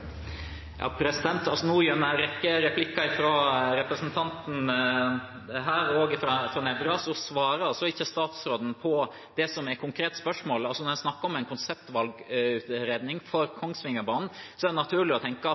rekke replikker fra representanter her, bl.a. Nævra, svarer ikke statsråden på det som er det konkrete spørsmålet. Når en snakker om en konseptvalgutredning for Kongsvingerbanen, er det naturlig å tenke